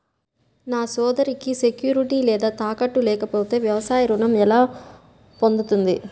నా సోదరికి సెక్యూరిటీ లేదా తాకట్టు లేకపోతే వ్యవసాయ రుణం ఎలా పొందుతుంది?